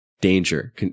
danger